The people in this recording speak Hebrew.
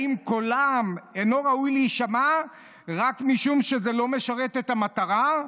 האם קולם אינו ראוי להישמע רק משום שזה לא משרת את המטרה?